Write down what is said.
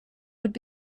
would